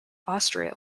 austria